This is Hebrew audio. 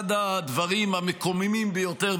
אחד הדברים המקוממים ביותר,